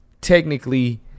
Technically